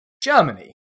Germany